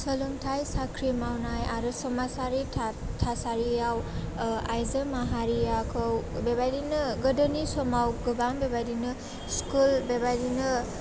सोलोंथाय साख्रि मावनाय आरो समाजारि थासारि थासारियाव आइजो माहारिखौ बेबायदिनो गोदोनि समाव गोबां बेबायदिनो स्कुल बेबायदिनो